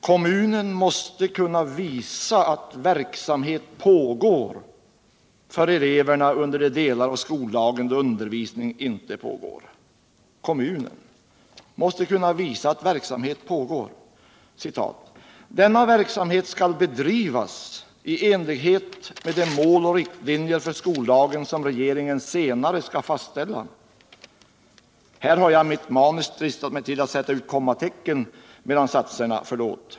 "Kommunen måste kunna visa utt verksumhet pågar för eleverna under de delar av skoldagen då undervisning inte pågår.” Kommunen måste kunna visa att verksamhet pågår! "Denna verksamhet skall bedrivas i enlighet med de mål och riktlinjer för skoldagen som regeringen senare skall fastställa.” Här har jag I mitt manuskript dristat mig till aut sätta ut kommatecken mellan satserna — förlåt!